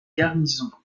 garnison